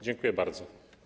Dziękuję bardzo.